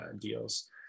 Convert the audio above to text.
deals